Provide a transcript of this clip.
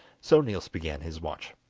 so niels began his watch,